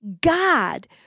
God